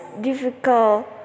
difficult